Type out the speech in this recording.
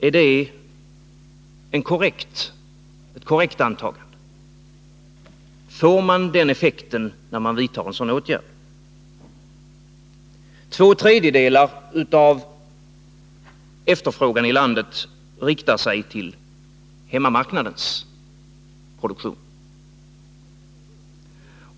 Är det ett korrekt antagande? Får man den effekten när man vidtar en sådan åtgärd? Två tredjedelar av efterfrågan i landet riktar sig till hemmamarknadens produktion.